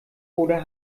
oder